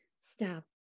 stop